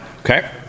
Okay